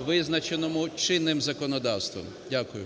визначеному чинним законодавством. Дякую.